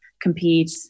compete